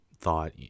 thought